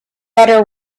rudder